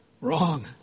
Wrong